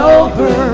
over